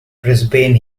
brisbane